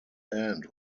end